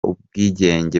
ubwigenge